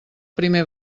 primer